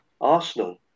Arsenal